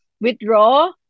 withdraw